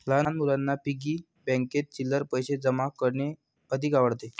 लहान मुलांना पिग्गी बँकेत चिल्लर पैशे जमा करणे अधिक आवडते